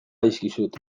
dizkizut